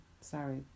sorry